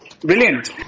brilliant